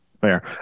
Fair